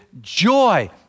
joy